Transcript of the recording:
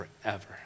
forever